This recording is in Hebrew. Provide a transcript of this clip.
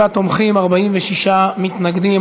37 תומכים, 46 מתנגדים.